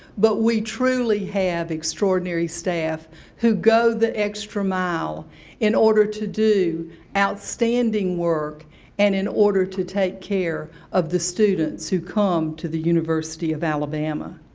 but we truly have extraordinary staff who go the extra mile in order to do outstanding work and in order to take care of the students who come to the university of alabama.